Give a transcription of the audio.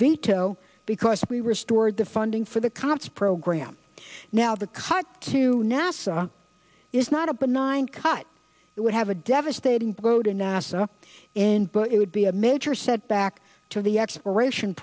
veto because we restored the funding for the concert program now the cut to nasa is not a benign cut it would have a devastating blow to nasa and but it would be a major setback to the exploration